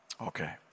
Okay